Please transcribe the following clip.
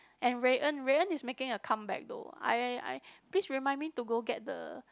and Rui-En Rui-En is making a comeback though I I please remind me to go get the